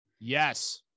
yes